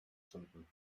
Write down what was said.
stunden